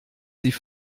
sie